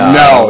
no